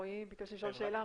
רועי רצה לשאול שאלה,